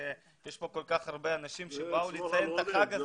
שיש כאן כל כך הרבה אנשים שבאו לציין את החג הזה.